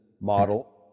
model